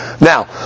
Now